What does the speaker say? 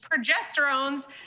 progesterones